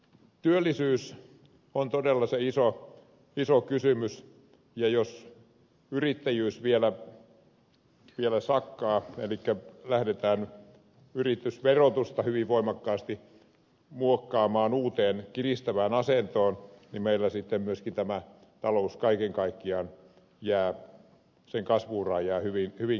työllisyys on todella se iso kysymys ja jos yrittäjyys vielä sakkaa elikkä lähdetään yritysverotusta hyvin voimakkaasti muokkaamaan uuteen kiristävään asentoon niin meillä sitten myöskin tämä talouden kasvu ura jää kaiken kaikkiaan hyvinkin matalaksi